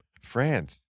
France